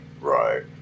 right